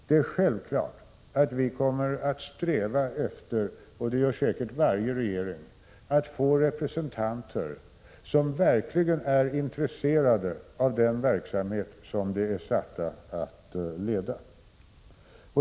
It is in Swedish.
Det är självklart att vi kommer att sträva efter — och det gör säkert varje regering — att få representanter som verkligen är intresserade av den verksamhet som de är satta att leda.